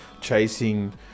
chasing